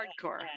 Hardcore